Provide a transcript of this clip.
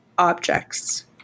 objects